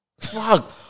Fuck